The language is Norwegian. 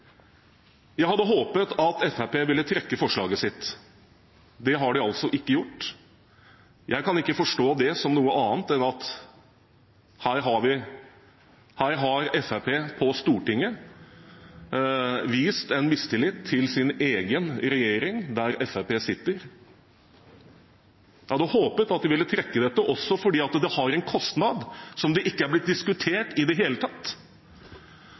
Jeg hadde håpet at Fremskrittspartiet ville trekke forslaget sitt. Det har de altså ikke gjort. Jeg kan ikke forstå det som noe annet enn at her har Fremskrittspartiet på Stortinget vist en mistillit til en regjering der Fremskrittspartiet sitter – sin egen regjering. Jeg hadde håpet at de ville trekke dette, også fordi det har en kostnad som ikke er blitt diskutert i det hele tatt.